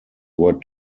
were